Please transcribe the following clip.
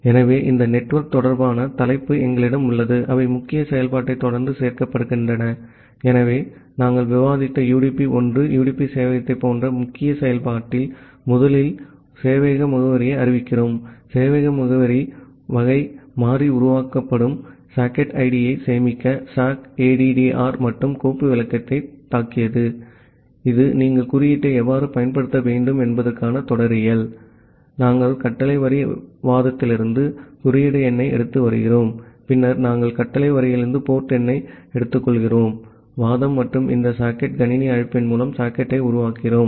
ஆகவே இந்த நெட்வொர்க் தொடர்பான தலைப்பு எங்களிடம் உள்ளது அவை முக்கிய செயல்பாட்டைத் தொடர்ந்து சேர்க்கப்படுகின்றன ஆகவே நாங்கள் விவாதித்த யுடிபி 1 யுடிபி சேவையகத்தைப் போன்ற முக்கிய செயல்பாட்டில் முதலில் ஒரு சேவையக முகவரியை அறிவிக்கிறோம் சேவையக முகவரி வகை மாறி உருவாக்கப்படும் சாக்கெட் ஐடியை சேமிக்க sockaddr மற்றும் கோப்பு விளக்கத்தை தாக்கியது இது நீங்கள் குறியீட்டை எவ்வாறு பயன்படுத்த வேண்டும் என்பதற்கான தொடரியல் நாங்கள் கமாண்ட் வரி வாதத்திலிருந்து குறியீடு எண்ணை எடுத்து வருகிறோம் பின்னர் நாங்கள் கமாண்ட் வரியிலிருந்து போர்ட் எண்ணை எடுத்துக்கொள்கிறோம் வாதம் மற்றும் இந்த சாக்கெட் கணினி அழைப்பின் மூலம் சாக்கெட்டை உருவாக்குகிறோம்